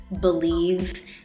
believe